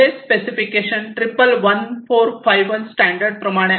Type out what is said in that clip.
हेच specification triple 1451 standard प्रमाणे आहेत